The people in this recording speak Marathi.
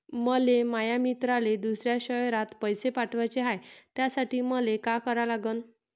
मले माया मित्राले दुसऱ्या शयरात पैसे पाठवाचे हाय, त्यासाठी मले का करा लागन?